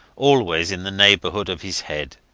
always in the neighbourhood of his head.